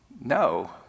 No